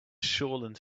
shoreland